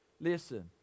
listen